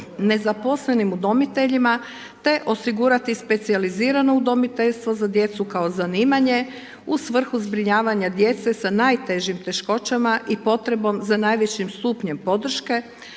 nezaposlenim udomiteljima te osigurati specijalizirano udomiteljstvo za djecu kao zanimanje u svrhu zbrinjavanja djece sa najtežim teškoćama i potrebom za najvišim stupnjem podrške